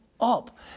up